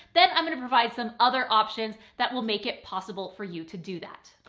then i'm going to provide some other options that will make it possible for you to do that.